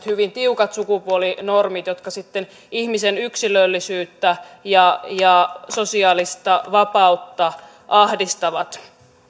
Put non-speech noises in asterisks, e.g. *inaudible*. *unintelligible* hyvin tiukat sukupuolinormit jotka sitten ihmisen yksilöllisyyttä ja ja sosiaalista vapautta ahdistavat